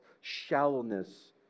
shallowness